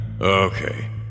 Okay